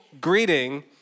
greeting